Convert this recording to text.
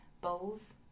bowls